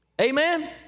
Amen